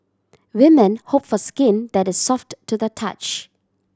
women hope for skin that is soft to the touch